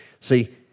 See